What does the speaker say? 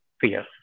fear